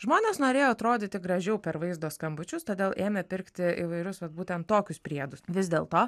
žmonės norėjo atrodyti gražiau per vaizdo skambučius todėl ėmė pirkti įvairius vat būtent tokius priedus vis dėlto